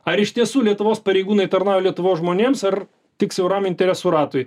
ar iš tiesų lietuvos pareigūnai tarnauja lietuvos žmonėms ar tik siauram interesų ratui